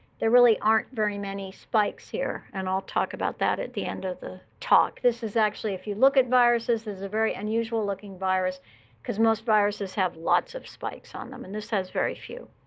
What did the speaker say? there really aren't very many spikes here, and i'll talk about that at the end of the talk. this is actually if you look at viruses, this is a very unusual looking virus because most viruses have lots of spikes on them, and this has very few.